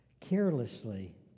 carelessly